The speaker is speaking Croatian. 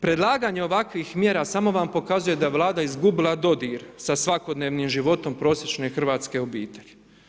Predlaganje ovakvih mjera, samo vam pokazuje da vlada izgubila dodir sa svakodnevnim životom prosječne hrvatske obitelji.